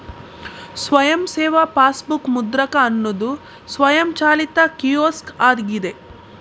ಸ್ವಯಂ ಸೇವಾ ಪಾಸ್ಬುಕ್ ಮುದ್ರಕ ಅನ್ನುದು ಸ್ವಯಂಚಾಲಿತ ಕಿಯೋಸ್ಕ್ ಆಗಿದೆ